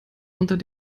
unter